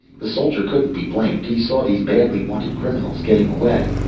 the soldier couldn't be blamed. he saw these badly wanted criminals getting away.